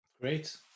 Great